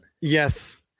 yes